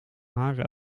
haren